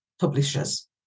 publishers